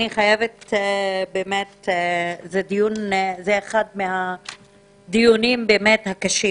זה אחד מהדיונים הקשים